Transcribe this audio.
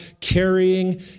carrying